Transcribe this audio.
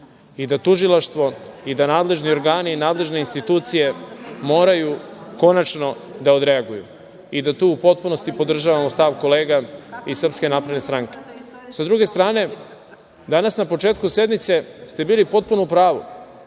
i da Tužilaštvo i nadležni organi i nadležne institucije moraju konačno da odreaguju. Tu u potpunosti podržavamo stav kolega iz SNS.Sa druge strane, danas na početku sednice ste bili potpuno u pravu